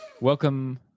Welcome